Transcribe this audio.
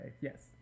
Yes